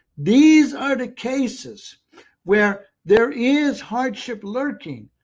these are the cases where there is hardship lurking.